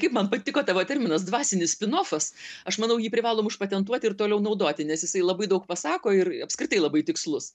kaip man patiko tavo terminas dvasinis spinofas aš manau jį privalom užpatentuoti ir toliau naudoti nes jisai labai daug pasako ir apskritai labai tikslus